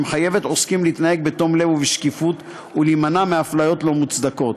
שמחייבת עוסקים להתנהג בתום לב ובשקיפות ולהימנע מהפליות לא מוצדקות.